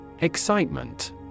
Excitement